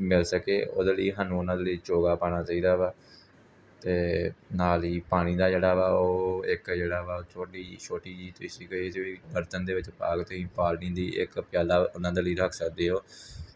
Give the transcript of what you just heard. ਮਿਲ ਸਕੇ ਉਹਦੇ ਲਈ ਸਾਨੂੰ ਉਹਨਾਂ ਦੇ ਲਈ ਚੋਗਾ ਪਾਉਣਾ ਚਾਹੀਦਾ ਵਾ ਅਤੇ ਨਾਲ ਹੀ ਪਾਣੀ ਦਾ ਜਿਹੜਾ ਵਾ ਉਹ ਇੱਕ ਜਿਹੜਾ ਵਾ ਛੋਟੀ ਜਿਹੀ ਛੋਟੀ ਜਿਹੀ ਟਿਸੀ ਬਰਤਨ ਦੇ ਵਿੱਚ ਪਾ ਲਓ ਤੁਸੀਂ ਪਾਣੀ ਦਾ ਇੱਕ ਪਿਆਲਾ ਉਹਨਾਂ ਦੇ ਲਈ ਰੱਖ ਸਕਦੇ ਹੋ